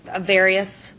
various